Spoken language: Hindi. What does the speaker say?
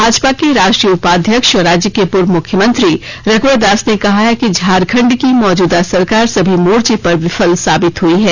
भाजपा के राष्ट्रीय उपाध्यक्ष और राज्य के पूर्व मुख्यमंत्री रघुवर दास ने कहा है कि झारखंड की मौजूदा सरकार सभी मोर्चे पर विफल साबित हुई हैं